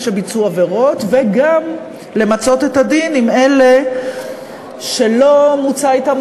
שביצעו עבירות וגם למצות את הדין עם אלה שלא מוצה אתם